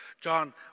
John